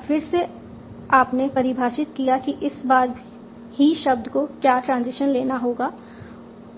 अब फिर से आपने परिभाषित किया कि इस बार ही शब्द को क्या ट्रांजिशन लेना होगा